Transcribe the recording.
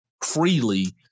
freely